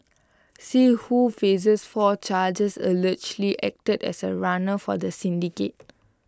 see who faces four charges allegedly acted as A runner for the syndicate